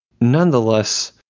nonetheless